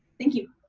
thank you.